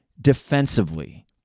defensively